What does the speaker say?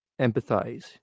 empathize